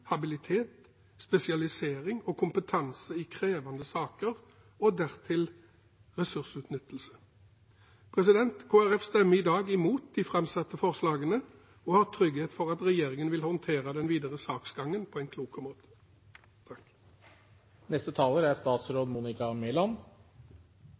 habilitet, spesialisering og kompetanse i krevende saker og dertil ressursutnyttelse. Kristelig Folkeparti stemmer i dag imot de framsatte forslagene og har trygghet for at regjeringen vil håndtere den videre saksgangen på en klok måte.